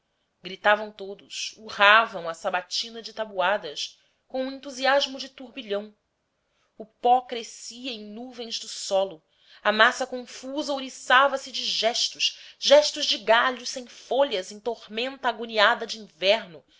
gritavam todos urravam a sabatina de tatuadas com um entusiasmo de turbilhão o pó crescia em nuvens do solo a massa confusa ouriçava se de gestos gestos de galho sem folhas em tormenta agoniada de inverno